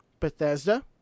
Bethesda